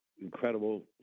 incredible